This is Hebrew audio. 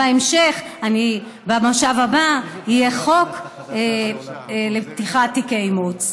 בהמשך, במושב הבא, יהיה חוק לפתיחת תיקי אימוץ.